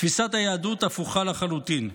תפיסת היהדות הפוכה לחלוטין.